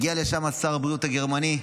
הגיע לשם שר הבריאות הגרמני,